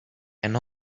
and